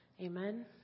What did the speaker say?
Amen